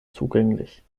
zugänglich